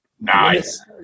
Nice